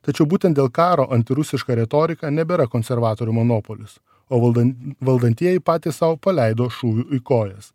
tačiau būtent dėl karo antirusiška retorika nebėra konservatorių monopolis o valdan valdantieji patys sau paleido šūviu į kojas